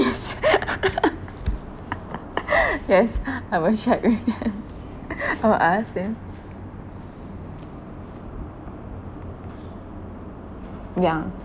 yes yes I will check with them I will ask them yeah